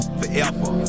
forever